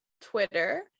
Twitter